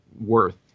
worth